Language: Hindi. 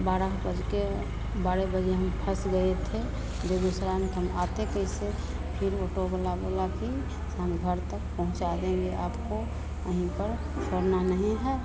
बारह बज के बारे बजे हम फंस गए थे बेगूसराय में तो हम आते कैसे फ़िर ओटो वाला बोला कि हम घर तक पहुँचा देंगे आपको कहीं पर छोड़ना नहीं है